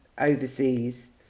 overseas